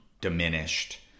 diminished